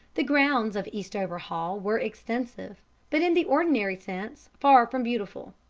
the grounds of eastover hall were extensive but, in the ordinary sense, far from beautiful.